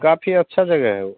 काफ़ी अच्छी जगह है वो